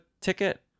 ticket